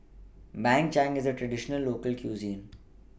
Bak Chang IS A Traditional Local Cuisine